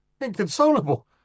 inconsolable